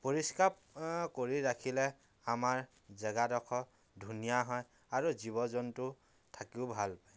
পৰিষ্কাৰ কৰি ৰাখিলে আমাৰ জেগাডোখৰ ধুনীয়া হয় আৰু জীৱ জন্তু থাকিও ভাল পায়